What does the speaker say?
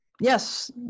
Yes